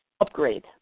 upgrade